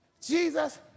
Jesus